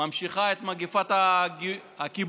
ממשיכה את מגפת הכיבוש,